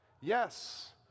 yes